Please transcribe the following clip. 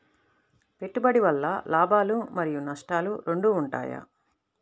పెట్టుబడి వల్ల లాభాలు మరియు నష్టాలు రెండు ఉంటాయా?